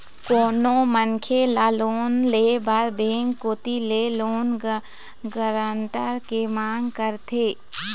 कोनो मनखे ल लोन ले बर बेंक कोती ले लोन गारंटर के मांग करथे